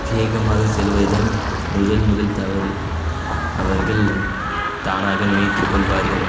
வேகமாக செல்வதுதான் முதல் முதல் தவறு அவர்கள் தானாக நினைத்து கொள்வார்கள்